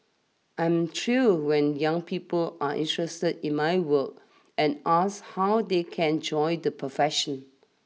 I'm thrilled when young people are interested in my work and ask how they can join the profession